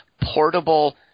portable